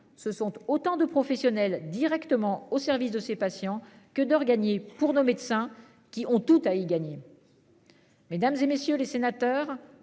Ce sont autant de professionnels directement au service de ses patients que d'or gagner pour nos médecins, qui ont tout à y gagner. Mesdames, et messieurs les sénateurs